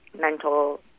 mental